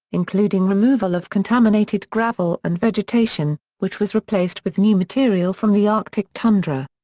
including removal of contaminated gravel and vegetation, which was replaced with new material from the arctic tundra.